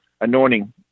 anointing